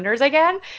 again